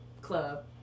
club